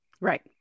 right